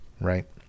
right